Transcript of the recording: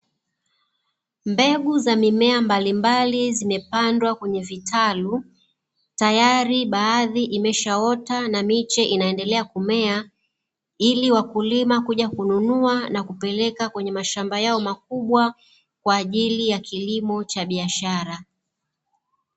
Mbegu za mimea mbalimbali zimepandwa kwenye vitalu tayari baadhi imeshaota na miche inaendelea kumea, ili wakulima kuja kununua na kupeleka kwenye mashamba yao makubwa, kwa ajili ya kilimo cha biashara.